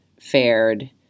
fared